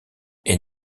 est